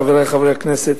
חברי חברי הכנסת,